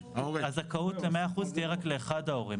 הזכאות תהיה רק לאחד ההורים.